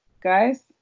guys